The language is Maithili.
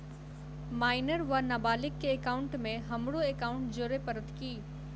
माइनर वा नबालिग केँ एकाउंटमे हमरो एकाउन्ट जोड़य पड़त की?